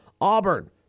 Auburn